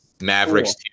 Mavericks